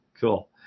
cool